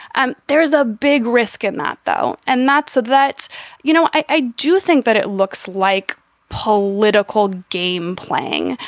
and there is a big risk in that, though. and that's a that's you know, i do think that it looks like political game playing.